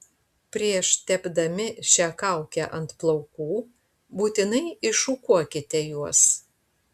prieš tepdami šią kaukę ant plaukų būtinai iššukuokite juos